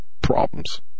problems